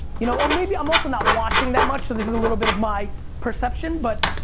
you know, or maybe i'm also not watching that much, so this is a little bit of my perception, but,